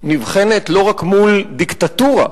נבחנת לא רק מול דיקטטורה.